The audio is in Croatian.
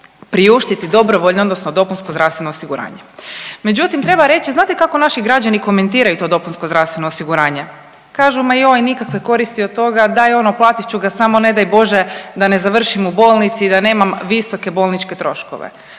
priuštiti dobrovoljno odnosno dopunsko zdravstveno osiguranje. Međutim, treba reći znate kako naši građani komentiraju to dopunsko zdravstveno osiguranje. Kažu ma joj nikakve koristi od toga daj ono platit ću ga samo ne daj Bože da ne završim u bolnici i da nemam visoke bolničke troškove.